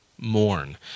mourn